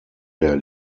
der